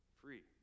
free